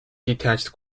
detached